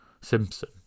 Simpson